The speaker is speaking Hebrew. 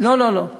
לא, לא, לא.